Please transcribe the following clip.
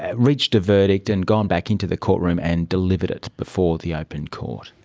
ah reached a verdict and gone back into the courtroom and delivered it before the open court.